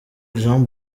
jean